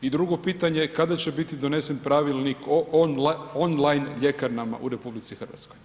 I drugo pitanje, kada će biti donesen Pravilnik o online ljekarnama u RH?